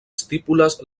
estípules